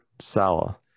sala